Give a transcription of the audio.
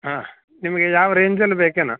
ಹಾಂ ನಿಮಗೆ ಯಾವ ರೇಂಜಲ್ಲಿ ಬೇಕೇನೋ